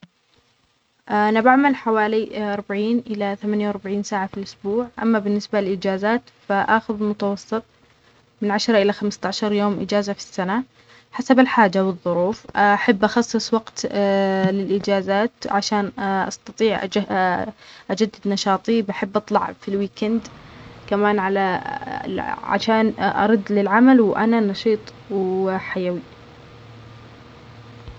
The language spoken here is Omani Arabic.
أ- أنا بعمل حوالي أربعين إلى ثمانية وأربعين ساعة في الأسبوع، أما بالنسبة للأجازات فأخذ متوسط من عشرة إلى خمستاشر يوم إجازة في السنة حسب الحاجة والظروف، أحب أخصص وقت للإجازات عشان أستطيع أج-أجدد نشاطى بحب أطلع في الويك إيند كمان على عشان أرد للعمل وأنا نشيط وحيوي.